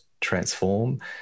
transform